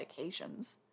medications